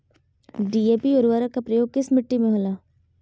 DAP उर्वरक का प्रयोग किस मिट्टी में होला?